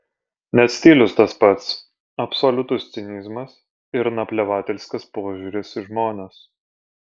net stilius tas pats absoliutus cinizmas ir naplevatelskas požiūris į žmones